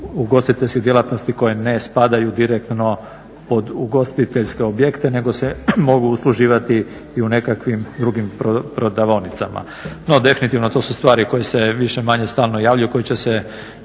ugostiteljske djelatnosti koja ne spada direktno pod ugostiteljske objekte nego se mogu usluživati i u nekakvim drugim prodavaonicama no definitivno to su stvari koje se više-manje stalno javljaju, koje će se